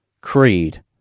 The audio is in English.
Creed